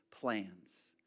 plans